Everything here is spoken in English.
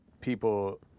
people